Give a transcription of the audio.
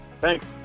Thanks